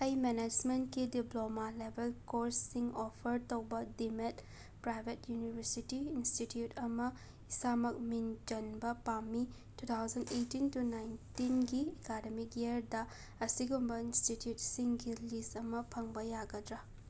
ꯑꯩ ꯃꯦꯅꯦꯖꯃꯦꯟꯀꯤ ꯗꯤꯄ꯭ꯂꯣꯃꯥ ꯂꯦꯕꯦꯜ ꯀꯣꯔꯁꯁꯤꯡ ꯑꯣꯐꯔ ꯇꯧꯕ ꯗꯤꯃꯦꯗ ꯄ꯭ꯔꯥꯏꯕꯦꯠ ꯌꯨꯅꯤꯕꯔꯁꯤꯇꯤ ꯏꯟꯁꯇꯤꯇ꯭ꯌꯨꯠ ꯑꯃ ꯏꯁꯥꯃꯛ ꯃꯤꯡ ꯆꯟꯕ ꯄꯥꯝꯃꯤ ꯇꯨ ꯊꯥꯎꯖꯟ ꯑꯩꯇꯤꯟ ꯇꯨ ꯅꯥꯏꯟꯇꯤꯟꯒꯤ ꯑꯦꯀꯥꯗꯃꯤꯛ ꯌꯔꯗ ꯑꯁꯤꯒꯨꯝꯕ ꯏꯟꯁꯇꯤꯇ꯭ꯌꯨꯠꯁꯤꯡꯒꯤ ꯂꯤꯁ ꯑꯃ ꯐꯪꯕ ꯌꯥꯒꯗ꯭ꯔꯥ